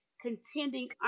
contending